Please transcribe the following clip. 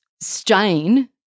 stain